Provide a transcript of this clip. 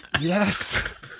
Yes